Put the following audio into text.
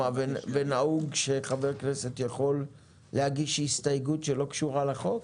ונהוג שחבר כנסת יכול להגיש הסתייגות שלא קשורה לחוק?